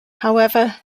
however